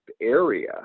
area